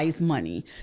money